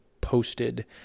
posted